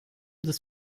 des